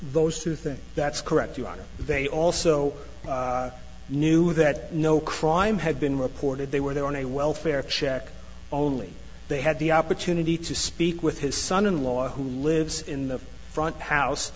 those two things that's correct your honor they also knew that no crime had been reported they were there on a welfare check only they had the opportunity to speak with his son in law who lives in the front house